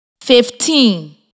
fifteen